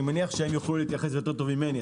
ואני מניח שהם יוכלו להתייחס לזה יותר טוב ממני,